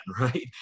right